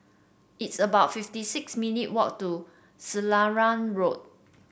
it's about fifty six minute walk to Selarang Road